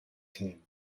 team